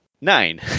Nine